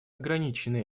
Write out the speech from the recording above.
ограничены